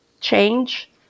change